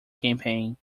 campaign